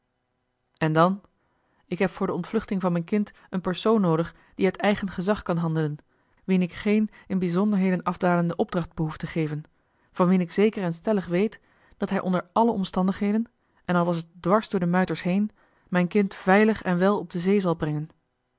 en dan ik heb voor de ontvluchting van m'n kind een persoon noodig die uit eigen gezag kan handelen wien ik geen in bijzonderheden afdalende opdracht behoef te geven van wien ik zeker en stellig weet dat hij onder àlle omstandigheden en al was het dwars door de muiters heen mijn kind veilig en wel op de zee zal brengen